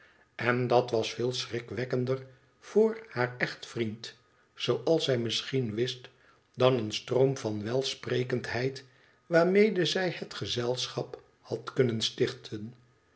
en dat was veel schrikwekkender voor haar echtvriend oals zij misschien wist dan een stroom van welsprekendheid waarmede zij het gezelschap had kunnen stichten